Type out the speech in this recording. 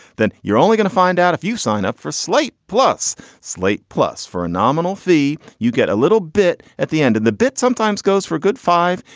then you're only going to find out if you sign up for slate plus slate plus for a nominal fee, you get a little bit at the end and the bit sometimes goes for good five,